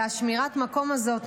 ושמירת המקום הזאת,